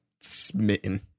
Smitten